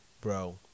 bro